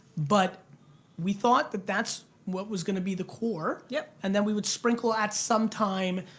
but we thought that that's what was gonna be the core yeah and that we would sprinkle ads sometime.